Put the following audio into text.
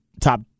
top